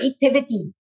creativity